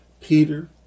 Peter